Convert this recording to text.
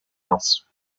else